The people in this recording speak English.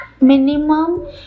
minimum